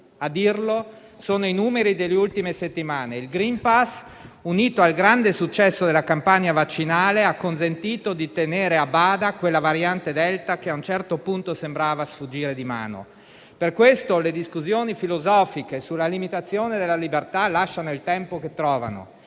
A dirlo sono i numeri delle ultime settimane: il *green pass*, unito al grande successo della campagna vaccinale, ha consentito di tenere a bada quella variante Delta che a un certo punto sembrava sfuggire di mano. Per questo, le discussioni filosofiche sulla limitazione della libertà lasciano il tempo che trovano.